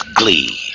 glee